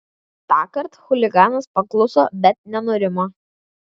tąkart chuliganas pakluso bet nenurimo